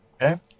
okay